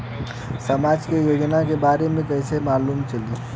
समाज के योजना के बारे में कैसे मालूम चली?